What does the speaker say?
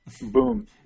boom